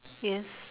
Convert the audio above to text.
yes